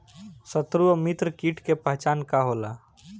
सत्रु व मित्र कीट के पहचान का होला?